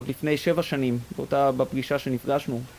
לפני שבע שנים, באותה... בפגישה שנפגשנו